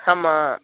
ஆமா